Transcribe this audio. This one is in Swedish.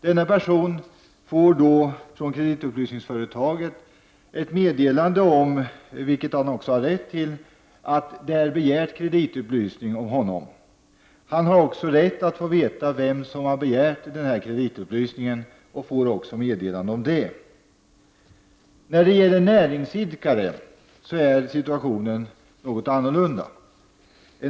Denna person får då från kreditupplysningsföretaget ett meddelande om, vilket han också har rätt till, att det har begärts kreditupplysning om honom. Han har också rätt att få veta vem som har begärt denna kreditupplysning och får även meddelande om detta. När det gäller näringsidkare är situationen något annorlunda.